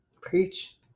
preach